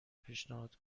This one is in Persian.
پیشنهاد